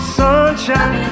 sunshine